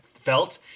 felt